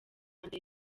mbere